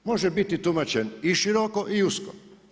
Može biti tumačen i široko i usko.